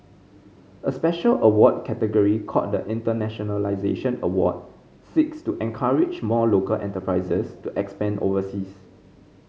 a special award category called the Internationalisation Award seeks to encourage more local enterprises to expand overseas